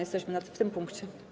Jesteśmy w tym punkcie.